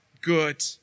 good